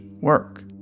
work